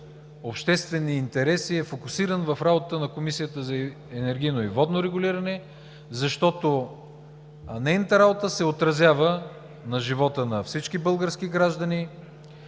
обществени интереси е фокусиран в работата на Комисията за енергийно и водно регулиране, защото нейната работа се отразява на живота на всички български граждани,